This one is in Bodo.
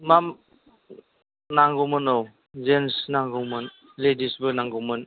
मा नांगौमोन औ जेन्ट्स नांगौमोन लेडिसबो नांगौमोन